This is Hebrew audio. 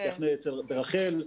יחנה ברח"ל,